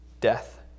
death